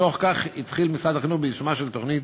בתוך כך התחיל משרד החינוך ביישומה של תוכנית